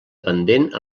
pendent